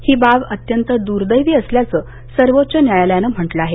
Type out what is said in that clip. ही बाब अत्यंत दूर्देवी असल्याचं सर्वोच्च न्यायालयानं म्हटलं आहे